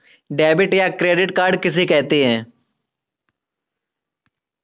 Debit या credit card किसे कहते हैं?